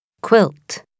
quilt